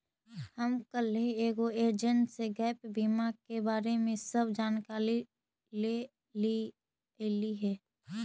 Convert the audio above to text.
हम कलहे एगो एजेंट से गैप बीमा के बारे में सब जानकारी ले लेलीअई हे